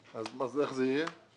אז איך זה יהיה?